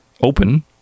open